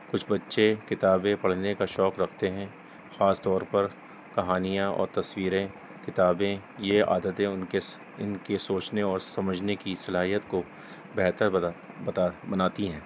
کچھ بچے کتابیں پڑھنے کا شوق رکھتے ہیں خاص طور پر کہانیاں اور تصویریں کتابیں یہ عادتیں ان کے س ان کے سوچنے اور سمجھنے کی صلاحیت کو بہتر بتا بناتی ہیں